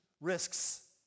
risks